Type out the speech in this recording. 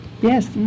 Yes